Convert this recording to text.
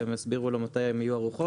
והם הסבירו לו מתי הן יהיו ערוכות.